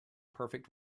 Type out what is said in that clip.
perfect